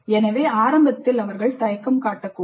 எனவே ஆரம்பத்தில் அவர்கள் தயக்கம் காட்டக்கூடும்